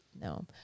no